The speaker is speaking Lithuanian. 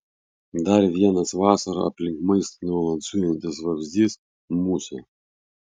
dar vienas vasarą aplink maistą nuolat zujantis vabzdys musė